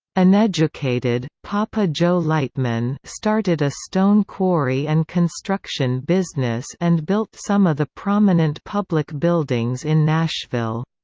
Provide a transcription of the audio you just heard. uneducated, papa joe lightman started a stone quarry and construction business and built some of the prominent public buildings in nashville.